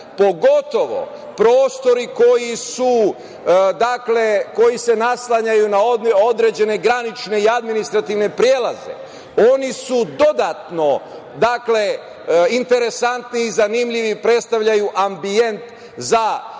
kraja. Pogotovo, prostori koji se oslanjaju na granične i administrativne prelaze oni su dodatno interesantni i zanimljivi predstavljaju ambijent za